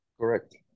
Correct